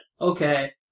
okay